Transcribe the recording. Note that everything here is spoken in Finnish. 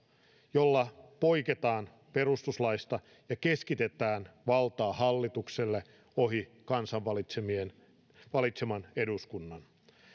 jolla poiketaan perustuslaista ja keskitetään valtaa hallitukselle ohi kansan valitseman eduskunnan